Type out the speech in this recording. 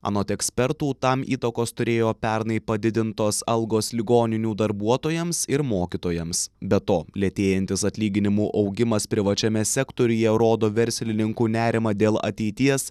anot ekspertų tam įtakos turėjo pernai padidintos algos ligoninių darbuotojams ir mokytojams be to lėtėjantis atlyginimų augimas privačiame sektoriuje rodo verslininkų nerimą dėl ateities